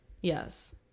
Yes